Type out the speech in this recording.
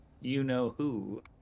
you-know-who